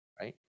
right